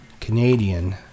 Canadian